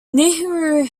nehru